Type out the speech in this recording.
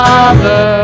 Father